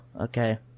Okay